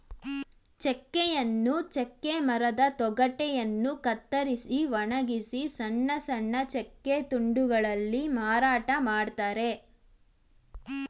ಚೆಕ್ಕೆಯನ್ನು ಚೆಕ್ಕೆ ಮರದ ತೊಗಟೆಯನ್ನು ಕತ್ತರಿಸಿ ಒಣಗಿಸಿ ಸಣ್ಣ ಸಣ್ಣ ಚೆಕ್ಕೆ ತುಂಡುಗಳಲ್ಲಿ ಮಾರಾಟ ಮಾಡ್ತರೆ